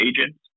agents